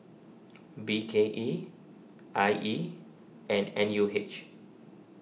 B K E I E and N U H